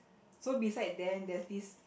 so beside them there's this